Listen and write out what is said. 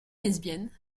lesbiennes